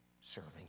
serving